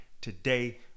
today